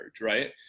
right